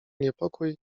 niepokój